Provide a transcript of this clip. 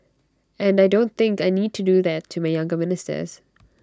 and I don't think I need to do that to my younger ministers